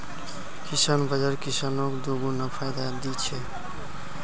किसान बाज़ार किसानक दोगुना फायदा दी छे